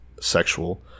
sexual